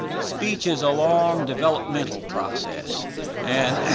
speech is a long developmental process and